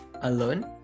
alone